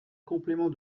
complément